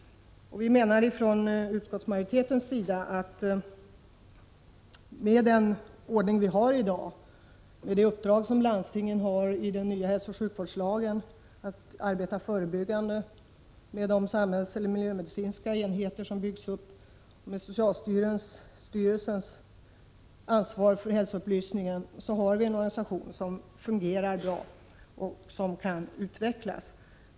Vi inom utskottsmajoriteten menar att nuvarande organisation, som grundar sig på det i den nya hälsooch sjukvårdslagen givna uppdraget till landstingen att bedriva förebyggande arbete i samverkan med de samhällsoch miljömedicinska enheter vilka byggts upp inom ramen för socialstyrelsens ansvar för hälsoupplysningen, fungerar bra och kan utvecklas.